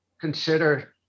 consider